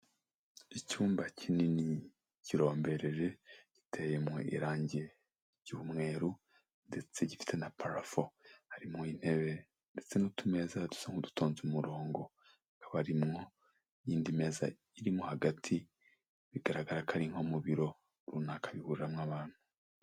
Icyumba kinini kirombereje giteye mu irangi ry'umweru ndetse gifite na parafo harimo intebe ndetse n'utumeza dusa n'udutonze umurongo, hakaba arimwo iy'indi meza irimo hagati bigaragara ko ari nko mu biro runaka, bihuriramo abantu.